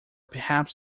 perhaps